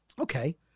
Okay